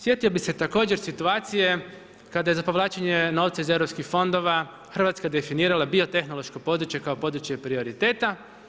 Sjetio bih se također situacije kada je za povlačenje novca iz EU fondova Hrvatska definirala biotehnološko područje kao područje prioriteta.